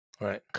Right